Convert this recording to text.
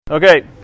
Okay